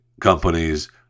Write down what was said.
companies